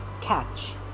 Catch